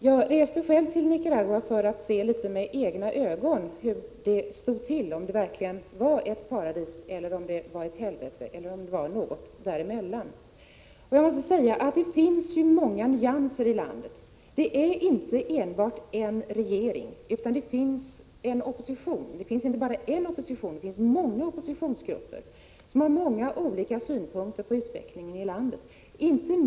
Jag reste själv till Nicaragua för att se litet med egna ögon hur det stod till, om det var ett paradis eller ett helvete eller någonting däremellan. Jag måste säga att det finns många nyanser i landet. Det finns inte bara en regering utan också en opposition, och det finns många oppositionsgrupper som har olika syn på utvecklingen i landet.